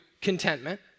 contentment